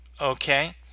okay